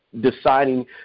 deciding